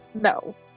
no